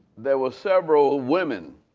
there were several women